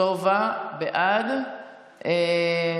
סובה, בעד,